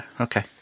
Okay